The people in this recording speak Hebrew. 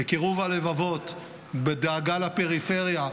בקירוב הלבבות, בדאגה לפריפריה,